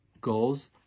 goals